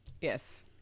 Yes